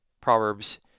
Proverbs